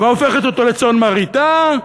והופכת אותו לצאן מרעיתה,